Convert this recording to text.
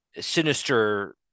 sinister